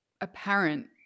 apparent